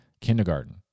kindergarten